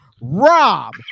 Rob